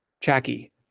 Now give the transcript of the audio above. Jackie